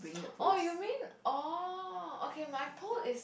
oh you mean oh okay my pole is